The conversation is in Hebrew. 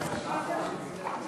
יישר כוח.